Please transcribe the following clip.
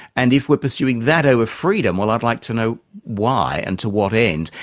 and if we're pursuing that over freedom, well i'd like to know why and to what end.